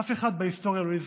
אף אחד בהיסטוריה לא יזכור,